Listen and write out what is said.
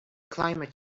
climate